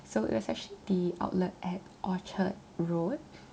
so it was actually the outlet at orchard road